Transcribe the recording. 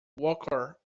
walker